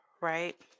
right